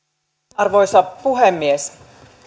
arvoisa puhemies